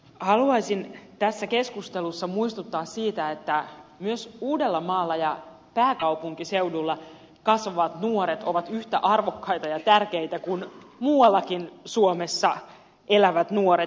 haluaisin tässä keskustelussa muistuttaa siitä että myös uudellamaalla ja pääkaupunkiseudulla kasvavat nuoret ovat yhtä arvokkaita ja tärkeitä kuin muuallakin suomessa elävät nuoret